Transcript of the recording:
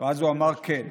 ואז הוא אמר: כן.